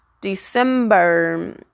December